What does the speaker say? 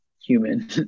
human